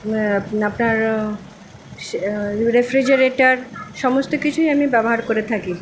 আপনার রেফ্রিজারেটার সমস্ত কিছুই আমি ব্যবহার করে থাকি